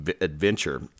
adventure